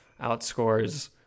outscores